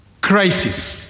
crisis